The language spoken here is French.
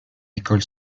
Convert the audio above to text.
école